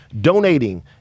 donating